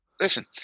Listen